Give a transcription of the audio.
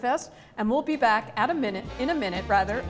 fest and we'll be back at a minute in a minute rather